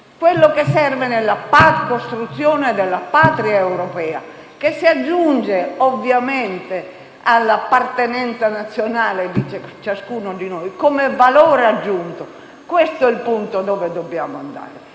Quello che serve nella costruzione della patria europea che si aggiunge, ovviamente, all'appartenenza nazionale di ciascuno di noi come valore aggiunto: questo è l'obiettivo cui dobbiamo mirare.